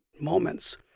moments